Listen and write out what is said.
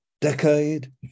decade